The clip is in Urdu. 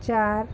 چار